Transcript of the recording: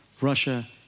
Russia